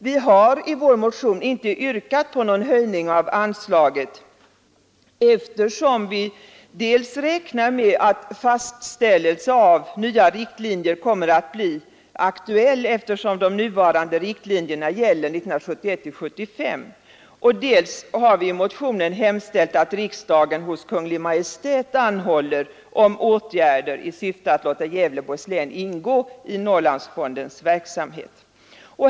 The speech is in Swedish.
Vi har i vår motion inte yrkat på någon höjning av anslaget, eftersom vi dels räknar med att fastställelse av nya riktlinjer kommer att bli aktuell eftersom de nuvarande riktlinjerna gäller för tiden 1971—1975, dels i motionen hemställt att riksdagen hos Kungl. Maj:t anhåller om åtgärder i syfte att låta Gävleborgs län ingå i Norrlandsfondens verksamhet.